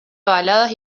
baladas